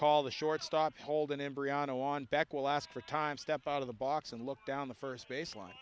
call the shortstop hold an embryonic on back will ask for time step out of the box and look down the first baseline